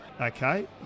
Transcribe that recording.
Okay